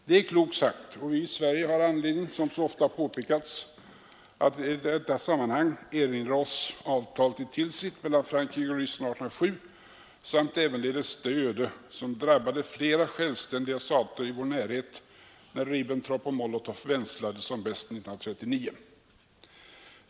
Det är klokt sagt, och vi i Sverige har, som så ofta påpekats, anledning att i detta sammanhang erinra oss avtalet i Tilsit mellan Frankrike och Ryssland år 1807 samt ävenledes det öde som drabbade flera självständiga stater i vår närhet när Ribbentrop och Molotov vänslades som bäst 1939.